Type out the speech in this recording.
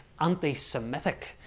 anti-Semitic